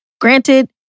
Granted